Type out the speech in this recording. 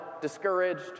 discouraged